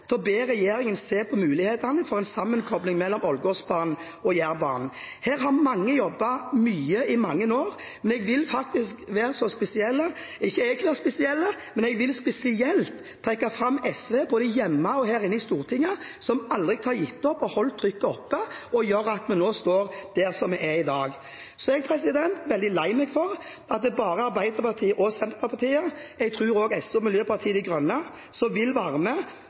sammenkobling mellom Ålgårdsbanen og Jærbanen. Her har mange jobbet mye i mange år, men jeg vil spesielt trekke fram SV, både hjemme og her i Stortinget, som aldri har gitt opp, og som har holdt trykket oppe, noe som gjør at vi står der vi står i dag. Så er jeg er veldig lei meg for at det bare er Arbeiderpartiet og Senterpartiet – jeg tror også SV og Miljøpartiet De Grønne – som vil være med